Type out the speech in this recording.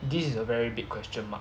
this is a very big question mark